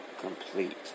complete